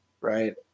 right